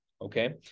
Okay